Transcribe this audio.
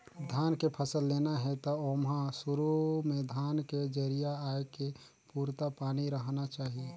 धान के फसल लेना हे त ओमहा सुरू में धान के जरिया आए के पुरता पानी रहना चाही